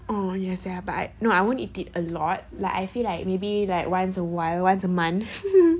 oh ya sia but I no I won't eat it a lot like I feel like maybe like once a while once a month